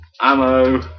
ammo